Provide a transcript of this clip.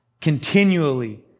continually